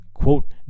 quote